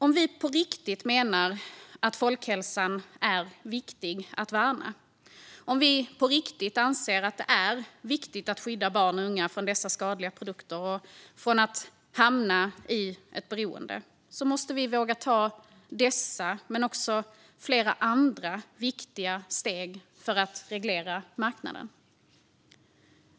Om vi på riktigt menar att folkhälsan är viktig att värna, om vi på riktigt anser att det är viktigt att skydda barn och unga från dessa skadliga produkter och från att hamna i ett beroende, måste vi våga ta dessa men också flera andra viktiga steg för att reglera marknaden.